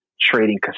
trading